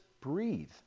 breathe